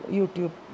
YouTube